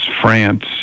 France